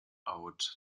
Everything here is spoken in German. out